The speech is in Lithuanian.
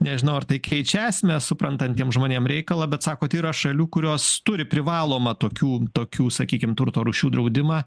nežinau ar tai keičia esmę suprantantiem žmonėm reikalą bet sakot yra šalių kurios turi privalomą tokių tokių sakykim turto rūšių draudimą